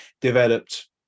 developed